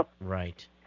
Right